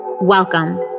Welcome